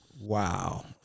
Wow